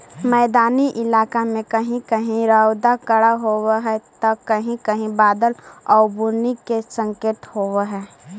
मैदानी इलाका में कहीं कहीं रउदा कड़ा होब हई त कहीं कहीं बादल आउ बुन्नी के संकेत होब हई